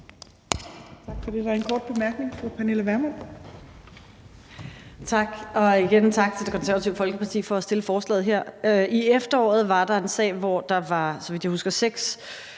Tak for det. Der er ingen korte bemærkninger.